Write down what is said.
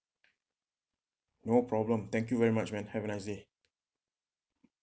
no problem thank you very much man have a nice day